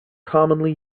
commonly